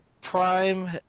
Prime